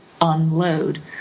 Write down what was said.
unload